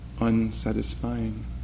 Unsatisfying